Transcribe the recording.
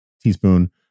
teaspoon